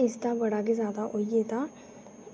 इस दा बड़ा गै जादा होइयै दा